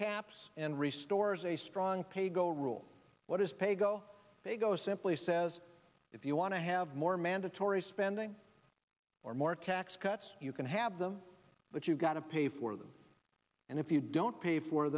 caps and restore is a strong pay go rules what does pay go they go simply says if you want to have more mandatory spending or more tax cuts you can have them but you've got to pay for them and if you don't pay for